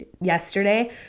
yesterday